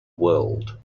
world